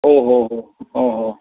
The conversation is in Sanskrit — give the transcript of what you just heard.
ओ हो हो ओ हो